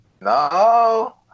No